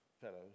Fellows